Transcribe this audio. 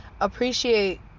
Appreciate